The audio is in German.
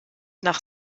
nach